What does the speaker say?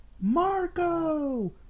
Marco